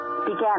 Began